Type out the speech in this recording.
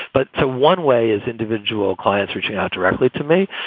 but ah one way is individual clients reaching out directly to me.